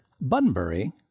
Bunbury